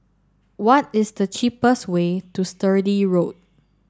what is the cheapest way to Sturdee Road